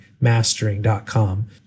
mastering.com